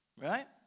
Right